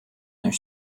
their